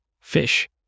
fish